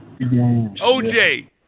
OJ